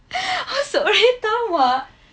seorang yang tamak